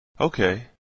Okay